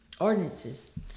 ordinances